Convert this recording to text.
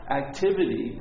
activity